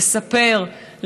לספר,